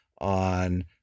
on